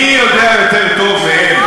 מי יודע יותר טוב מהם,